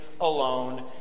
alone